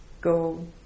go